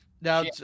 Now